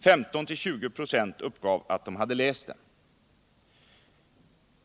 15-20 24 uppgav att de hade läst den.